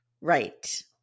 Right